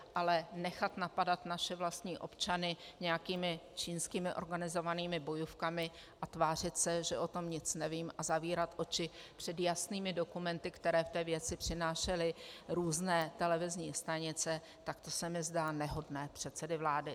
Ale nechat napadat naše vlastní občany nějakými čínskými organizovanými bojůvkami a tvářit se, že o tom nic nevím, a zavírat oči před jasnými dokumenty, které v té věci přenášely různé televizní stanice, tak to se mi zdá nehodné předsedy vlády.